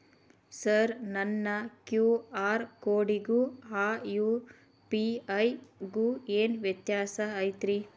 Sir ನನ್ನ QR ಕೊಡಿಗೂ ಆ ಯು.ಪಿ.ಐ ಗೂ ಏನ್ ವ್ಯತ್ಯಾಸ ಐತ್ರಿ?